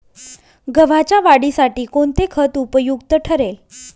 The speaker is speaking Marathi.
गव्हाच्या वाढीसाठी कोणते खत उपयुक्त ठरेल?